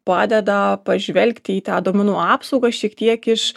padeda pažvelgti į tą duomenų apsaugą šiek tiek iš